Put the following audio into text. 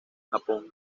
japón